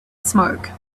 smoke